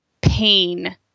pain